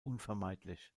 unvermeidlich